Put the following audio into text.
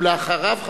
ואחריו,